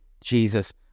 Jesus